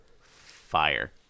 Fire